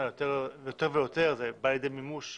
יותר ויותר כפי שזה בא לידי מימוש,